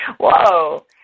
whoa